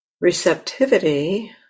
receptivity